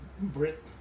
Brit